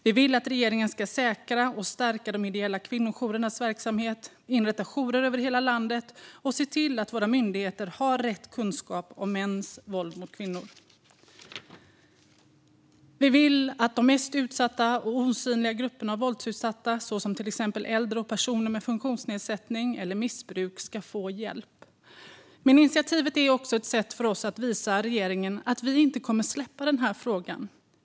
Vi vill att regeringen ska säkra och stärka de ideella kvinnojourernas verksamhet, inrätta jourer över hela landet och se till att myndigheter har rätt kunskap om mäns våld mot kvinnor. Vi vill även att de mest utsatta och osynliga grupperna av våldsutsatta, exempelvis äldre och personer med funktionsnedsättning eller missbruk, ska få hjälp. Utskottsinitiativet är också ett sätt för oss att visa regeringen att vi inte kommer att släppa frågan.